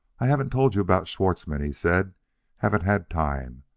i haven't told you about schwartzmann, he said haven't had time.